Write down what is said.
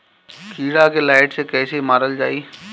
कीड़ा के लाइट से कैसे मारल जाई?